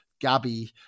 Gabby